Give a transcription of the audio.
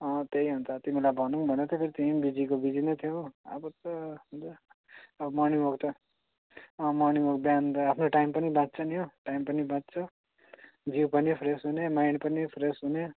अँ त्यही अन्त तिमीलाई भनौँ भन्दै थिएँ फेरि तिमी पनि बिजीको बिजी नै थियौ हो अब त अब मर्निङ वक त अँ मर्निङ वक बिहान त आफ्नो टाइम पनि बाँच्छ नि हो टाइम पनि बाँच्छ जिउ पनि फ्रेस हुने माइन्ड पनि फ्रेस हुने